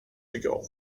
ago